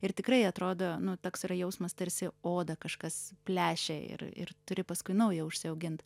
ir tikrai atrodo nu toks yra jausmas tarsi odą kažkas plešia ir ir turi paskui naują užsiaugint